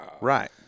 Right